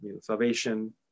salvation